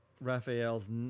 Raphael's